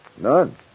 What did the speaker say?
None